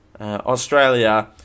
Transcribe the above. Australia